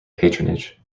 patronage